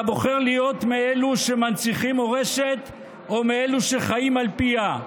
אתה בוחר להיות מאלו שמנציחים מורשת או מאלו שחיים על פיה?